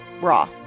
raw